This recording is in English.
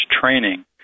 training